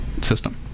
system